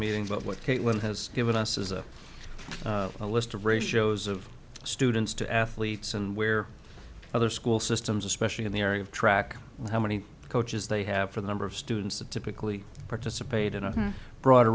meeting about what caitlin has given us is a a list of ratios of students to athletes and where other school systems especially in the area of track how many coaches they have for the number of students that typically participate in a broad